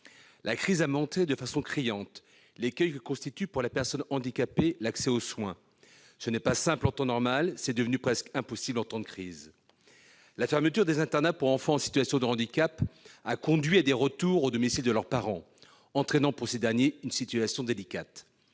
La crise a montré de façon criante l'écueil que constitue pour la personne handicapée l'accès aux soins. Ce n'est pas simple en temps normal ; c'est devenu presque impossible en temps de crise. La fermeture des internats pour enfants en situation de handicap a conduit au retour d'enfants au domicile de leurs parents, entraînant pour ces derniers une situation délicate.